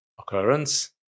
occurrence